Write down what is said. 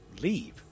Leave